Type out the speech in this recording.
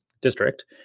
district